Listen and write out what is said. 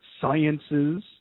sciences